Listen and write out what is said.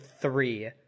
three